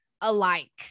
alike